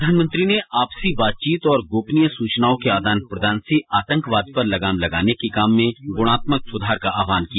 प्रधानमंत्री ने आपसी बातचीत और गोपनीय सूचनाओं के आदान प्रदान से आतंकवाद पर लगाम लगाने के काम में गुणात्मक सुधार का आह्वान किया